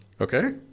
Okay